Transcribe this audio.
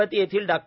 अमरावती येथील डॉ